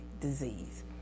disease